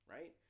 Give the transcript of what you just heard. right